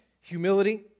humility